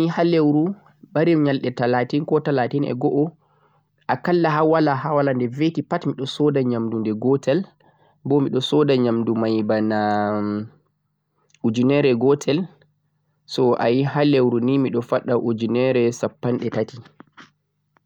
Akalla nii ha leuru je mari nyalɗe talatin koh talatin'e go'o, nde veti pat miɗon sooda nyamdu nde gotel bo miɗon sooda nyamdu mai banaa ujunere gotel, ha leuru nii miɗon faɗɗa ujunere shappanɗe tati